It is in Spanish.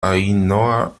ainhoa